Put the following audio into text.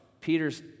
Peter's